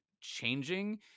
changing